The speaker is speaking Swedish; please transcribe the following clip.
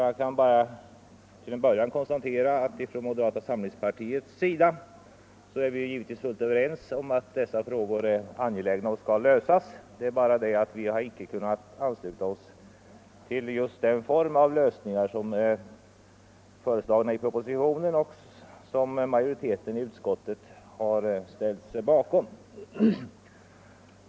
Jag kan bara till en början konstatera att vi från moderata samlingspartiets sida givetvis är helt överens om att dessa frågor är angelägna och skall lösas. Men vi har inte kunnat ansluta oss till den form av lösning som föreslås i propositionen och som majoriteten i utskottet har ställt sig bakom.